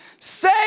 Say